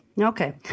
Okay